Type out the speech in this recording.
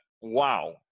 Wow